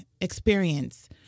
experience